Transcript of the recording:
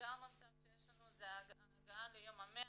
אתגר נוסף הוא הגעה ליום ה-100,